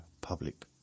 public